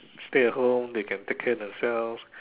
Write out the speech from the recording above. stay at home they can take care themselves